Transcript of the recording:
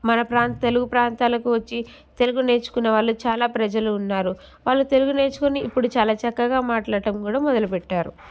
మన ప్రాంత్ తెలుగు ప్రాంతాలకు వచ్చి తెలుగు నేర్చుకునే వాళ్ళు చాలా ప్రజలు ఉన్నారు వాళ్ళు తెలుగు నేర్చుకుని ఇప్పుడు చాలా చక్కగా మాట్లాటం కూడా మొదపెట్టారు